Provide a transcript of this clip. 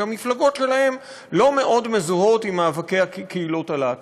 שהמפלגות שלהם לא מאוד מזוהות עם מאבקי קהילות הלהט"ב.